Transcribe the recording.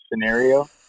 scenario